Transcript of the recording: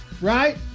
right